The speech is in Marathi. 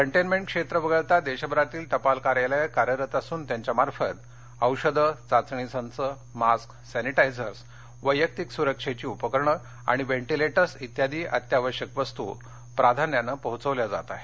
कंटेनमेंट क्षेत्र वगळता देशभरातील टपाल कार्यालये कार्यरत असून त्यांच्यामार्फत औषधं चाचणी संच मास्क सॅनिटायझर्स वैयक्तिक सुरक्षेघी उपकरण आणि वेंटीलेटर्स इत्यादी अत्यावश्यक वस्तू प्राधान्याने पोहोचविल्या जात आहेत